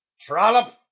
Trollop